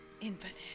Infinite